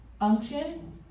Unction